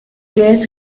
qué